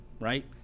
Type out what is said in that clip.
right